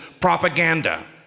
propaganda